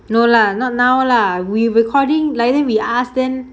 no lah not now lah we recording leh then we ask them